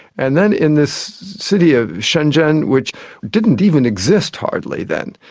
and then in this city of shenzhen, which didn't even exist hardly then,